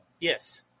Yes